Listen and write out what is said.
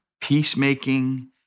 peacemaking